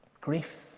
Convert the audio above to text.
Grief